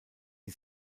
die